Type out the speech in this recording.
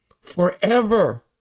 forever